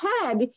head